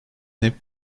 hep